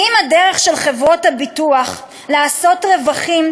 כי אם הדרך של חברות הביטוח לעשות רווחים